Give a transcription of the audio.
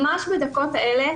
ממש בדקות אלה,